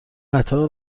قطار